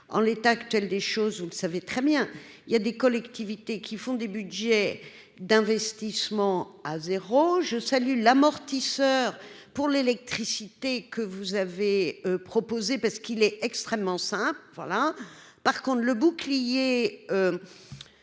en l'état actuel des choses, vous le savez très bien, il y a des collectivités qui font des Budgets d'investissement à zéro je salue l'amortisseur pour l'électricité que vous avez proposé parce qu'il est extrêmement simple, voilà par contre le bouclier